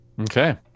Okay